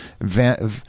van